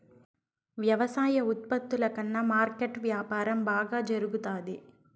వ్యవసాయ ఉత్పత్తుల కన్నా మార్కెట్ వ్యాపారం బాగా జరుగుతాది